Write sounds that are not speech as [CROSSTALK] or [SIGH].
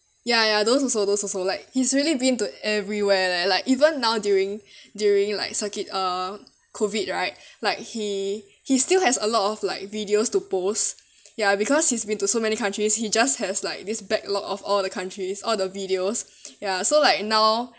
ya ya those also those also like he's really been to everywhere leh like even now during [BREATH] during like circuit uh COVID right [BREATH] like he he still has a lot of like videos to post ya because he's been to so many countries he just has like this backlog of all the countries all the videos [BREATH] ya so like now